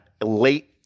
late